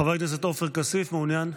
חבר הכנסת עופר כסיף, מעוניין?